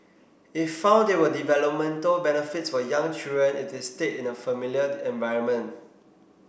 it found there were developmental benefits for young children if they stayed in a familiar environment